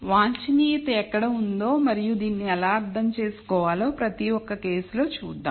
వాంఛనీయత ఎక్కడ ఉందో మరియు దీన్ని ఎలా అర్థం చేసుకోవాలో ప్రతి ఒక్క కేసులో చూద్దాం